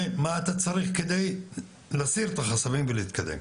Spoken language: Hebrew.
ומה אתה צריך כדי להסיר את החסמים ולהתקדם.